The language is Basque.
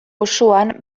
osoan